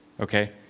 Okay